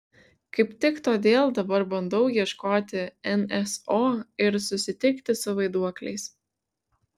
kaip tik todėl dabar bandau ieškoti nso ir susitikti su vaiduokliais